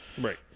Right